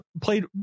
played